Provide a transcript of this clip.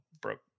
broke